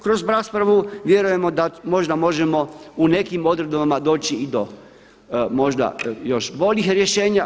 Kroz raspravu vjerujemo da možda možemo u nekim odredbama doći i do možda još boljih rješenja.